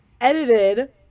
edited